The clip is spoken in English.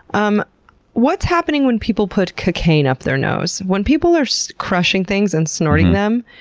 um what's happening when people put cocaine up their nose? when people are so crushing things and snorting them,